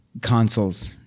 consoles